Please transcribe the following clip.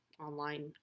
online